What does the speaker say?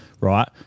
right